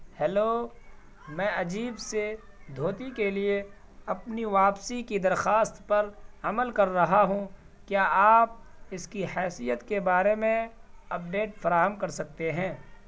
hello میں اجیو سے دھوتی کے لیے اپنی واپسی کی درخواست پر عمل کر رہا ہوں کیا آپ اس کی حیثیت کے بارے میں اپڈیٹ فراہم کر سکتے ہیں